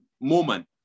moment